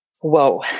Whoa